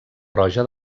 roja